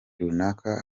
runaka